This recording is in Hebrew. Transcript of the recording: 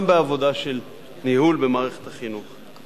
גם בעבודה של ניהול במערכת החינוך.